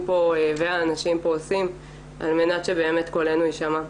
והנשים פה עושים על מנת שבאמת קולנו יישמע.